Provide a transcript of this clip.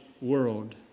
world